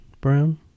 Brown